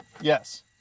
Yes